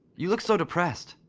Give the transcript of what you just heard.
you look so depressed.